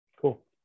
Cool